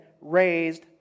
raised